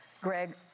Greg